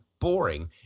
boring